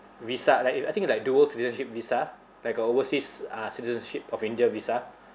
visa like I think it like dual citizenship visa like a overseas uh citizenship of india visa